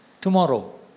tomorrow